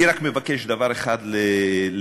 אני מבקש רק דבר אחד להעיר.